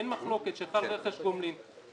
אין מחלוקת שחל רכש גומלין.